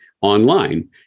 online